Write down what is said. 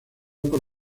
por